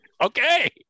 okay